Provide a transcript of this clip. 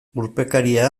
urpekaria